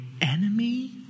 enemy